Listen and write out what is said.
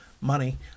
money